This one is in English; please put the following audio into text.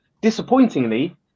Disappointingly